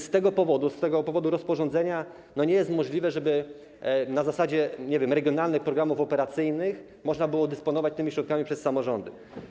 Z tego powodu, z powodu tego rozporządzenia nie jest możliwe, żeby na zasadzie regionalnych programów operacyjnych można było dysponować tymi środkami przez samorządy.